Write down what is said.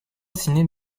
dessinées